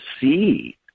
see